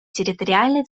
территориальной